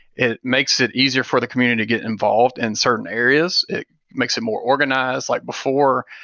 it makes it easier for the community to get involved in certain areas. it makes it more organized. like before,